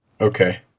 Okay